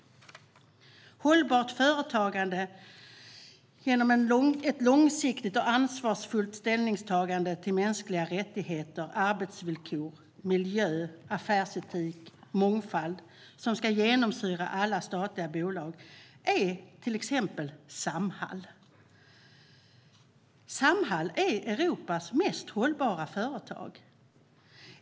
Ett hållbart företagande genom ett långsiktigt och ansvarsfullt ställningstagande i fråga om mänskliga rättigheter, arbetsvillkor, miljö, affärsetik och mångfald, som ska genomsyra alla statliga bolag, är till exempel Samhall. Samhall är Europas mest hållbara företag.